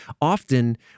often